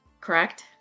Correct